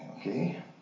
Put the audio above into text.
Okay